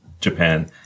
Japan